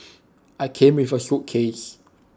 I came with A suitcase